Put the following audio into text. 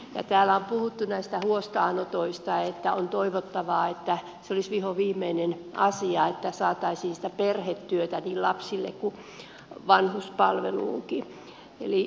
täällä on puhuttu näistä huostaanotoista että on toivottavaa että se olisi vihoviimeinen asia ja että saataisiin sitä perhetyötä niin lapsille kuin vanhuspalveluunkin